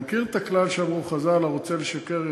אני מכיר את הכלל שאמרו חז"ל: הרוצה לשקר,